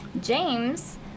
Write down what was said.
James